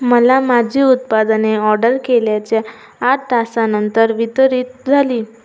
मला माझी उत्पादने ऑडर केल्याच्या आठ तासानंतर वितरित झाली